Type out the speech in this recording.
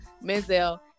Menzel